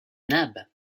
nab